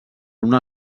una